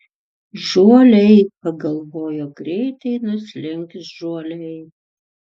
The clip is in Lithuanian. žuoliai pagalvojo greitai nuslinks žuoliai